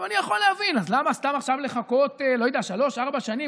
אני יכול להבין: למה סתם לחכות עכשיו שלוש או ארבע שנים,